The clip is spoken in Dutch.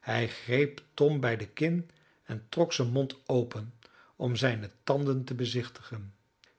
hij greep tom bij de kin en trok zijn mond open om zijne tanden te bezichtigen